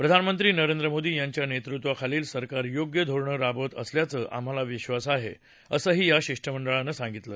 प्रधानमंत्री नरेंद्र मोदी यांच्या नेतृष्वाखालील सरकार योग्य धोरणं राबवत असल्याचा आम्हाला विश्वास आहे असंही या शिष्टमंडळानं सांगितलं